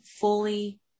fully